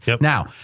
Now